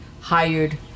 hired